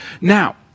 Now